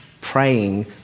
praying